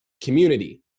Community